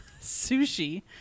sushi